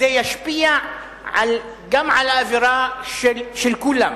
ישפיע על האווירה של כולם.